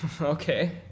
Okay